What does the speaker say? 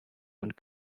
und